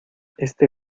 este